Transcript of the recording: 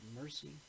mercy